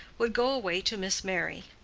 would go away to miss merry.